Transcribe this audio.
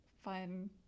fun